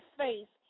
face